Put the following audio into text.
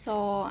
so